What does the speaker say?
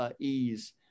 ease